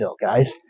guys